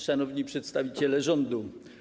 Szanowni Przedstawiciele Rządu!